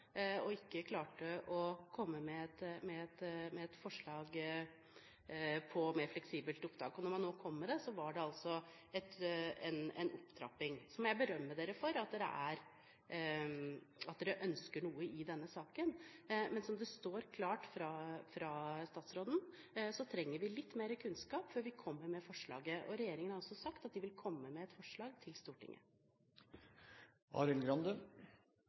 og ikke klarte å komme med et forslag til et mer fleksibelt opptak. Og når man nå kom med det, var det en opptrapping. Så må jeg berømme dem som sier at de ønsker noe i denne saken, men som det står klart i brevet fra statsråden, trenger vi litt mer kunnskap før vi kommer med forslaget. Regjeringen har også sagt at den vil komme med et forslag til